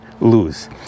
lose